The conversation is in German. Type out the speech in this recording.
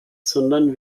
sondern